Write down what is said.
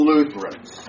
Lutherans